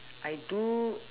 I do